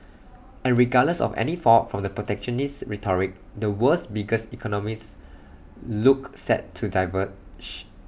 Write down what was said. and regardless of any fallout from the protectionist rhetoric the world's biggest economies look set to diverge